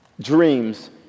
dreams